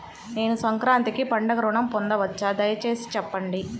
నేను సంక్రాంతికి పండుగ ఋణం పొందవచ్చా? దయచేసి చెప్పండి?